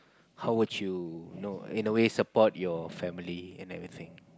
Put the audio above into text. how would you you know in a way support your family and everything